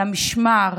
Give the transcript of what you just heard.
למשמר